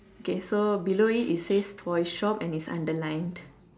okay so below it it says toy shop and it's underlined